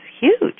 huge